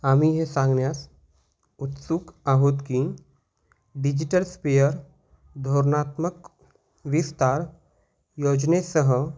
आम्ही हे सांगण्यास उत्सुक आहोत की डिजिटलस्पिअर धोरणात्मक विस्तार योजनेसह